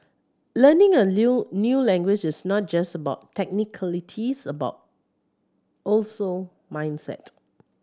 learning a new language is not just about technicalities about also mindset